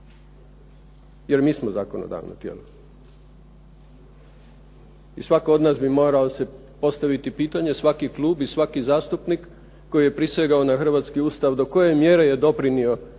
Jer mi smo zakonodavno tijelo. I svatko od nas bi morao si postaviti pitanje, svaki klub i svaki zastupnik koji je prisegao na hrvatski Ustav do koje mjere je doprinio svojim